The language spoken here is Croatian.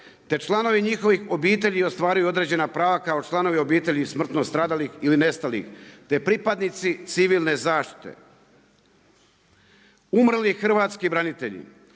te članovi njihovih obitelji ostvaruju određena prava kao članovi obitelji smrtno stradalih ili nestalih, te pripadnici civilne zaštite. Umrli hrvatski branitelji,